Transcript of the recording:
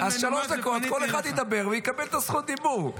אז שלוש דקות כל אחד ידבר, יקבל את זכות הדיבור.